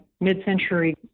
mid-century